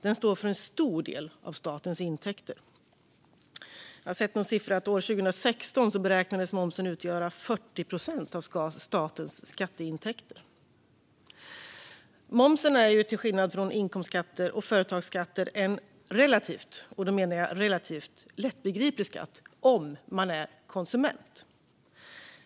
Den står för en stor del av statens intäkter. Jag har sett någon uppgift om att momsen år 2016 beräknades utgöra 40 procent av statens skatteintäkter. Momsen är till skillnad från inkomstskatter och företagsskatter en relativt - och då menar jag relativt - lättbegriplig skatt om man är konsument.